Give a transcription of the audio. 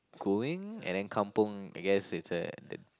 going and then kampung I guess it's a the